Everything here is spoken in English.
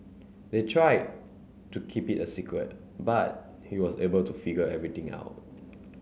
they tried to keep it a secret but he was able to figure everything out